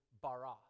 bara